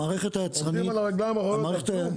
עומדים על הרגליות האחוריות על כלום.